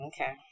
Okay